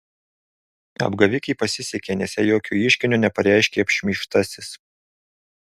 apgavikei pasisekė nes jai jokio ieškinio nepareiškė apšmeižtasis